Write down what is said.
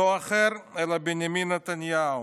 לא אחר מאשר בנימין נתניהו,